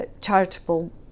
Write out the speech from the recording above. charitable